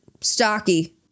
stocky